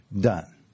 done